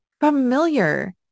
familiar